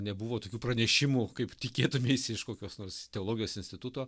nebuvo tokių pranešimų kaip tikėtumeisi iš kokios nors teologijos instituto